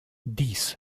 dies